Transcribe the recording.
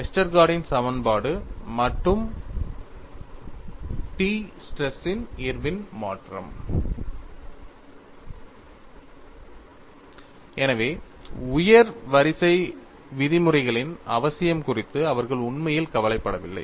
Irwin modification of Westergaard's equation and T stress Irwin Modification of Westergaard's Equation and T stress எனவே உயர் வரிசை விதிமுறைகளின் அவசியம் குறித்து அவர்கள் உண்மையில் கவலைப்படவில்லை